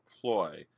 ploy